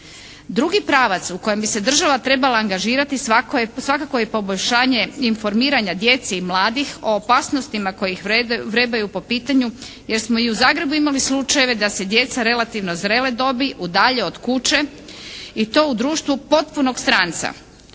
Drugi pravac u kojem bi se država trebala angažirati svakako je poboljšanje informiranja djece i mladih o opasnostima koje ih vrebaju po pitanju jer smo i u Zagrebu imali slučajeve da se djeca relativno zrele dobi udalje od kuće i to u društvu potpunog stranca.